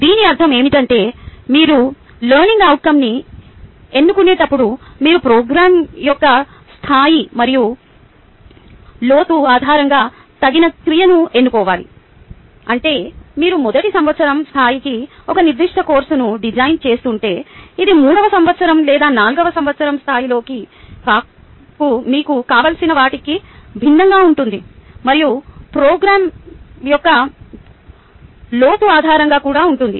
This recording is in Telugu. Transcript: దీని అర్థం ఏమిటంటే మీరు లెర్నింగ్ అవుట్కంని ఎన్నుకునేటప్పుడు మీరు ప్రోగ్రామ్ యొక్క స్థాయి మరియు లోతు ఆధారంగా తగిన క్రియను ఎన్నుకోవాలి అంటే మీరు మొదటి సంవత్సరం స్థాయికి ఒక నిర్దిష్ట కోర్సును డిజైన్ చేస్తుంటే ఇది మూడవ సంవత్సరం లేదా నాల్గవ సంవత్సరం స్థాయిలో మీకు కావాల్సిన వాటికి భిన్నంగా ఉంటుంది మరియు ప్రోగ్రామ్ యొక్క లోతు ఆధారంగా కూడా ఉంటుంది